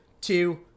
two